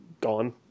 gone